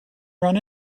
run